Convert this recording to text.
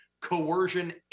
coercion